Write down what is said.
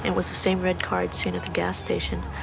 and was the same red car i'd seen at the gas station.